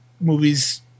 movies